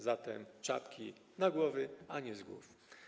Zatem czapki na głowy, a nie z głów.